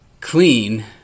clean